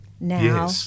Now